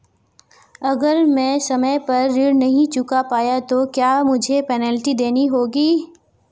अगर मैं समय पर ऋण नहीं चुका पाया तो क्या मुझे पेनल्टी देनी होगी?